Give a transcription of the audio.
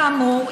כאמור,